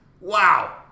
Wow